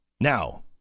now